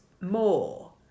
more